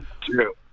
true